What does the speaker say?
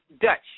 Dutch